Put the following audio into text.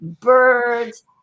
birds